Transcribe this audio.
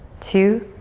two,